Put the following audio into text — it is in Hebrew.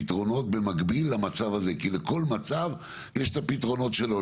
פתרונות במקביל למצב הזה כי לכל מצב יש את הפתרונות שלו.